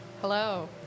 Hello